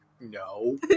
No